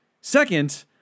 Second